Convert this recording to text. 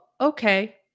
okay